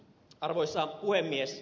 arvoisa puhemies